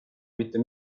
mitte